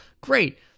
Great